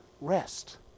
rest